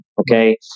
Okay